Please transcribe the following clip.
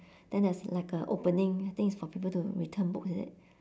then there's like a opening I think is for people to return books is it